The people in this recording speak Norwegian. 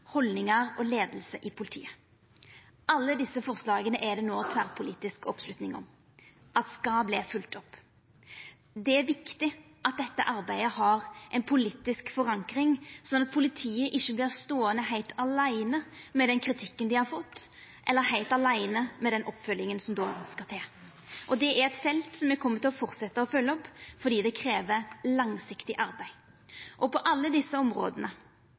haldningar og leiing i politiet. Alle desse forslaga er det no tverrpolitisk oppslutning om at skal verta følgde opp. Det er viktig at dette arbeidet har ei politisk forankring, sånn at politiet ikkje vert ståande heilt aleine med den kritikken dei har fått, eller heilt aleine med den oppfølginga som då skal til. Det er eit felt me kjem til å fortsetta å følgja opp, for det krev langsiktig arbeid. På alle desse områda